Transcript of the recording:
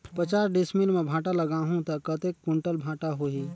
पचास डिसमिल मां भांटा लगाहूं ता कतेक कुंटल भांटा होही?